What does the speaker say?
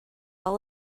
all